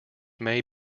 may